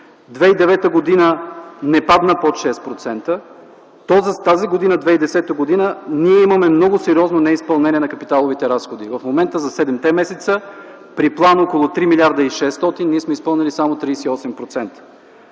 2009 г. не падна под 6%, то за тази, 2010 г., ние имаме много сериозно неизпълнение на капиталовите разходи. В момента за седемте месеца при план около 3 млрд. 600 ние сме изпълнили само 38%.